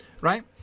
right